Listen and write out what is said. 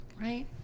right